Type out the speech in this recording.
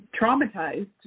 traumatized